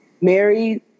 married